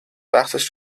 وقتش